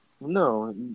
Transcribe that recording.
No